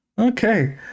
Okay